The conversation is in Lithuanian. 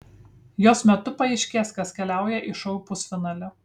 jos metu paaiškės kas keliauja į šou pusfinalį